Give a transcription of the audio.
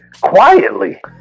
quietly